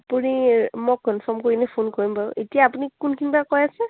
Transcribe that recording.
আপুনি মই কনফাৰ্ম কৰিলে ফোন কৰিম বাৰু এতিয়া আপুনি কোনখিনিৰ পৰা কৈ আছে